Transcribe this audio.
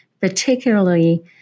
particularly